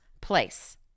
place